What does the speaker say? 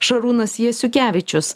šarūnas jasiukevičius